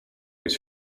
his